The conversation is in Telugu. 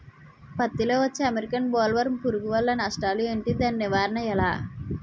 పత్తి లో వచ్చే అమెరికన్ బోల్వర్మ్ పురుగు వల్ల నష్టాలు ఏంటి? దాని నివారణ ఎలా?